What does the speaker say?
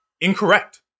Incorrect